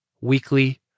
weekly